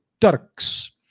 Turks